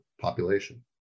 population